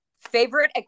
Favorite